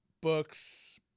books